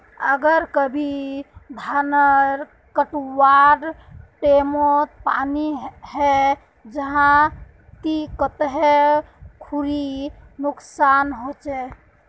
अगर कभी धानेर कटवार टैमोत पानी है जहा ते कते खुरी नुकसान होचए?